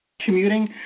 commuting